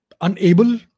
unable